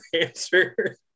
answer